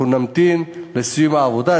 אנחנו נמתין לסיום העבודה.